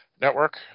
Network